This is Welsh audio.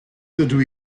dydw